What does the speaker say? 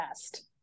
test